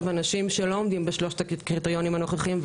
אנשים שלא עומדים בשלושת הקריטריונים הנוכחים,